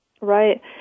Right